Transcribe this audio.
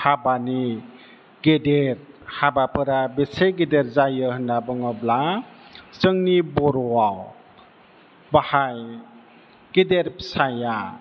हाबानि गेदेर हाबाफोरा बेसे गेदेर जायो होनना बुङोब्ला जोंनि बर'आव बाहाय गेदेर फिसाया